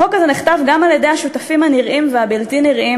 החוק הזה נכתב גם על-ידי השותפים הנראים והבלתי-נראים